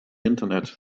internet